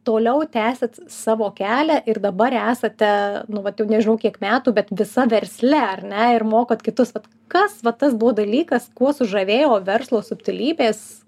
toliau tęsit savo kelią ir dabar esate nu vat jau nežinau kiek metų bet visa versle ar ne ir mokot kitus vat kas va tas buvo dalykas kuo sužavėjo verslo subtilybės